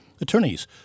Attorneys